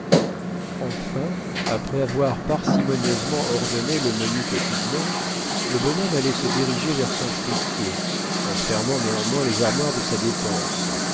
enfin après avoir parcimonieusement ordonné le menu quotidien le bonhomme allait se diriger vers son fruitier en fermant néanmoins les armoires de sa dépense